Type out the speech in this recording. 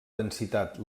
densitat